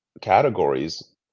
categories